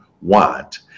want